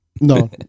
no